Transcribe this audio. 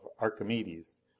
Archimedes